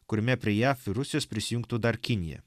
kuriame prie jav ir rusijos prisijungtų dar kinija